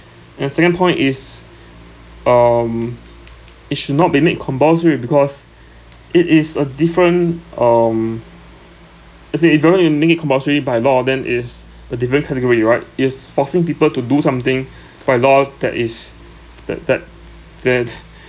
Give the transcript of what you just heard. and second point is um it should not be made compulsory because it is a different um let's say if you want to make it compulsory by law then it's a different category right it's forcing people to do something by law that is that that that